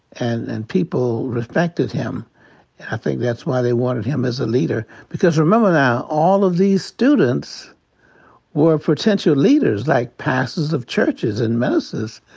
and and people respected him. and i think that's why they wanted him as a leader. because remember now, all of these students were potential leaders. like pastors of churches and ministers.